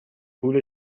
پول